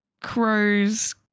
crows